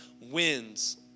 wins